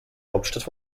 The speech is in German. hauptstadt